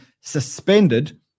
suspended